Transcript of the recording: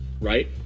right